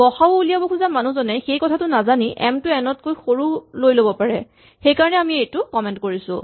গ সা উ উলিয়াব খোজা মানুহজনে সেইটো কথা নাজানি এম টো এন তকৈ সৰু লৈ ল'ব পাৰে সেইকাৰণে আমি এইটো কমেন্ট কৰিছো